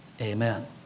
Amen